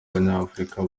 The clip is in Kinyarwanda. abanyafrika